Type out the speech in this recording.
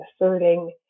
asserting